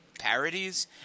Parodies